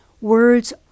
words